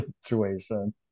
situation